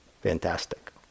fantastic